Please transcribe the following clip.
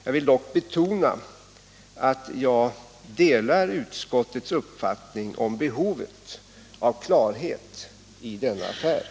Jag vill dock betona att jag delar ut Om åtgärder med skottets uppfattning om behovet av klarhet i denna affär.